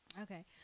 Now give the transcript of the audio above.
okay